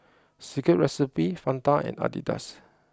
Secret Recipe Fanta and Adidas